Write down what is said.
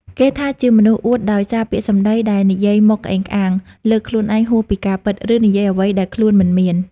គេថាជាមនុស្សអួតដោយសារពាក្យសម្ដីដែលនិយាយមកក្អេងក្អាង លើកខ្លួនឯងហួសពីការពិត ឬនិយាយអ្វីដែលខ្លួនមិនមាន។